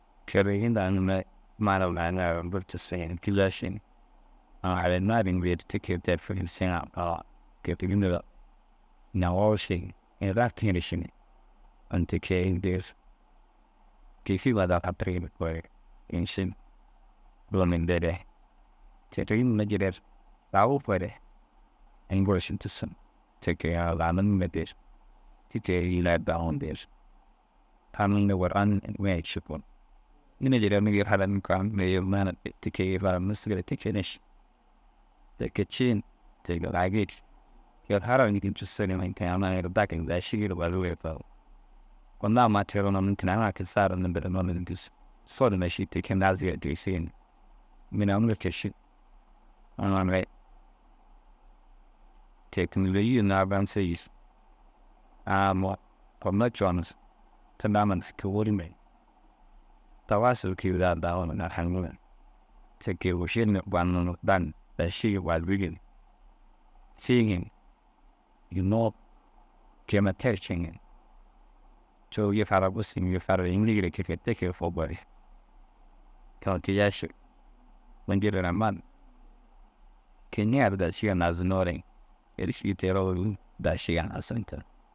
Kêregi nda aŋ mire maana huma hanayiŋa ru ini buru tussu ni kiyai ši ni. Aŋ harayinnaa ru ini dêri tikire « kêregi » ini awa- u ši. Ini raktiŋire ši ni ini ti kee ini dêr kêefii huma daa fatirigi ni koore ini sin. kêregi mire jirer lau- u koore ini buru ši tussu. Ti kegaa lau nume dêr dêr fara ru nuusugire ti kee na ši. Te kee ciin te- i ginna ru gici ke- i fara ru njikii cussu ni ini kee aŋ erru dagu ni daa ši kunno ammai teroo na mûnkin aŋ a kee saa ru unnu dirrinnoo sodu na šîi ti kee naazige tigisig ni. Mini aŋ re kee ši amma mire têkunoloji unnu abasêi ti kee woše na banir ni daa ši yi bazigi ni fiiŋi ni yînnoo ke- i huma teri ceŋi ni. Coo gii fara ru busugi ni gii fara ru yîndire te kee te kee koo boru. Te na kiyai ši bini jirer aman ke- i ñiŋa ru daa sîgi yenim naazinnore êriši